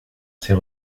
ces